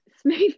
Smooth